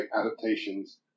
adaptations